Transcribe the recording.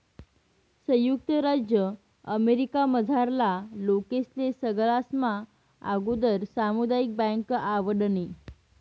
संयुक्त राज्य अमेरिकामझारला लोकेस्ले सगळास्मा आगुदर सामुदायिक बँक आवडनी